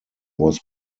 was